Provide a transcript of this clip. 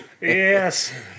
yes